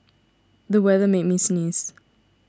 the weather made me sneeze